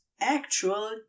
actual